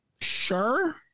sure